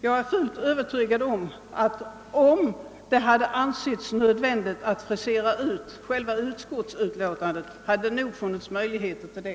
Jag är fullt övertygad om att ifall det hade ansetts nödvändigt att frisera utskottsutlåtandet, så hade det funnits möjligheter till det.